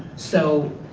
so,